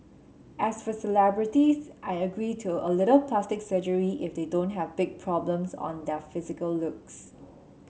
as for celebrities I agree to a little plastic surgery if they don't have big problems on their physical looks